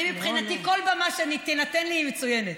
אני, מבחינתי כל במה שתינתן לי היא מצוינת.